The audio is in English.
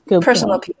Personal